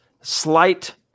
slight